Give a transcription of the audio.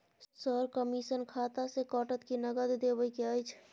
Sir, commission खाता से कटत कि नगद देबै के अएछ?